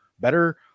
better